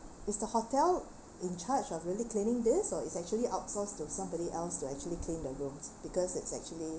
is the hotel in charge of really cleaning this or it's actually out source to somebody else to actually clean the rooms because it's actually